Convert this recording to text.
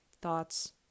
thoughts